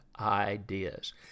ideas